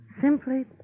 Simply